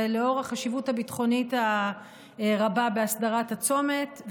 ולאור החשיבות הביטחונית הרבה בהסדרת הצומת,